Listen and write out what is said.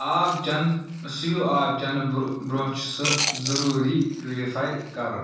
آب چٮ۪نہٕ سُہ ہیوٗ آب چٮ۪نہٕ بر برونٛہہ چھُ سُہ ضوٚروٗری پیورِفاے کَرُن